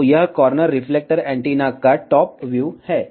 तो यह corner reflector antenna का टॉप व्यू है